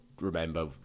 remember